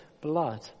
blood